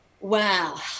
Wow